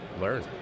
learn